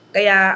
Kaya